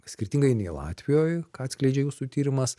skirtingai nei latvijoj ką atskleidžia jūsų tyrimas